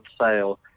sale